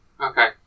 okay